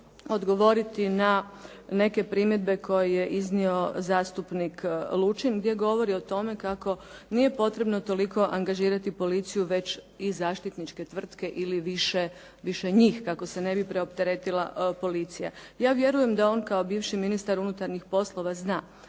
odgovoriti na neke primjedbe koje iznio zastupnik Lučin, gdje govori o tome kako nije potrebno toliko angažirati policiju, već i zaštitničke tvrtke ili više njih kako se ne bi preopteretila policija. Ja vjerujem da on kao bivši ministar unutarnjih poslova zna